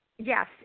Yes